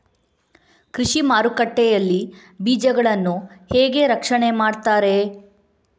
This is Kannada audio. ಕೃಷಿ ಮಾರುಕಟ್ಟೆ ಯಲ್ಲಿ ಬೀಜಗಳನ್ನು ಹೇಗೆ ರಕ್ಷಣೆ ಮಾಡ್ತಾರೆ?